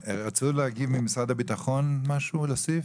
משרד הביטחון רוצה להגיב ולהוסיף?